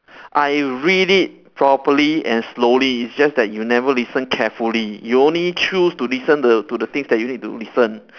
I read it properly and slowly it's just that you never listen carefully you only choose to listen the to the things that you need to listen